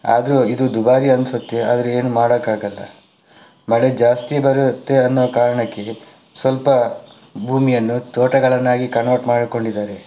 ಆದರೂ ಇದು ದುಬಾರಿ ಅನಿಸುತ್ತೆ ಆದರೆ ಏನೂ ಮಾಡೋಕ್ಕಾಗಲ್ಲ ಮಳೆ ಜಾಸ್ತಿ ಬರುತ್ತೆ ಅನ್ನೋ ಕಾರಣಕ್ಕೆ ಸ್ವಲ್ಪ ಭೂಮಿಯನ್ನು ತೋಟಗಳನ್ನಾಗಿ ಕನ್ವರ್ಟ್ ಮಾಡಿಕೊಂಡಿದ್ದಾರೆ